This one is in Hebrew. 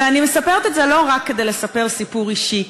אני מספרת את זה לא רק כדי לספר סיפור אישי.